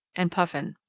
and puffin.